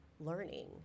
learning